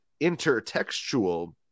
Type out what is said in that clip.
intertextual